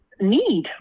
need